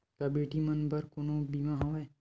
का बेटी मन बर कोनो बीमा हवय?